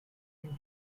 into